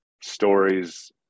stories